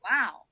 Wow